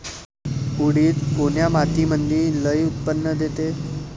उडीद कोन्या मातीमंदी लई उत्पन्न देते?